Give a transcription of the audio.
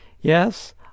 Yes